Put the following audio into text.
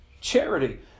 Charity